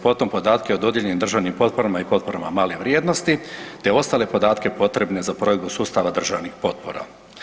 Potom podatke o dodijeljenim državnim potporama i potporama male vrijednosti te ostale podatke potrebne za provedbu sustavu državnih potpora.